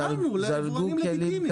לנו, ליבואנים לגיטימיים.